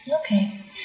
okay